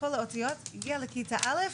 הגיעה לכיתה א'